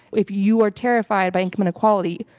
if you are terrified by income inequality,